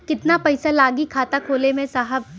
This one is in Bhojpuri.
कितना पइसा लागि खाता खोले में साहब?